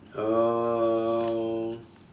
um